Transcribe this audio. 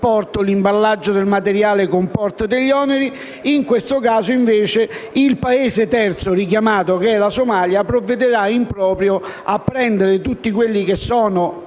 e l'imballaggio del materiale comporta degli oneri, in questo caso, invece, il Paese terzo richiamato, che è la Somalia, provvederà in proprio a prendere tutti i materiali,